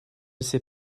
sais